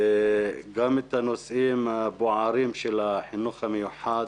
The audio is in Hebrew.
מכיר גם את הנושאים הבוערים של החינוך המיוחד,